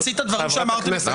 אתה ממציא דברים שאמרתי.